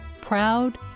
proud